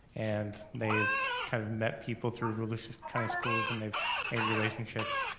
and they've kind of met people through volusia county schools, and they've made relationships,